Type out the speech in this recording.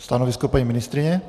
Stanovisko paní ministryně?